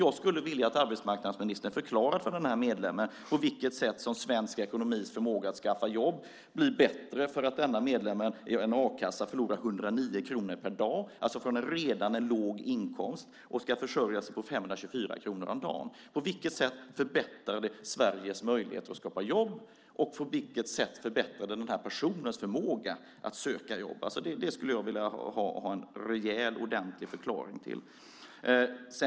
Jag skulle vilja att arbetsmarknadsministern förklarade för den här medlemmen på vilket sätt som svensk ekonomis förmåga att skaffa fram jobb blir bättre för att denna medlem i en a-kassa förlorar 109 kronor per dag från en redan låg inkomst och ska försörja sig på 524 kronor om dagen. På vilket sätt förbättrar det Sveriges möjligheter att skapa jobb, och på vilket sätt förbättrar det personens förmåga att söka jobb? Det skulle jag vilja ha en rejäl och ordentlig förklaring till.